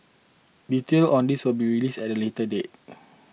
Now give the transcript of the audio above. details on this will be released at a later date